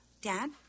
Dad